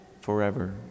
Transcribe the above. forever